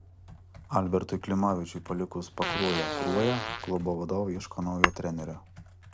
albertui klimavičiui palikus pakruojo kruoją klubo vadovai ieško naujo trenerio